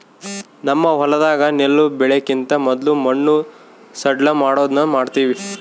ನಮ್ಮ ಹೊಲದಾಗ ನೆಲ್ಲು ಬೆಳೆಕಿಂತ ಮೊದ್ಲು ಮಣ್ಣು ಸಡ್ಲಮಾಡೊದನ್ನ ಮಾಡ್ತವಿ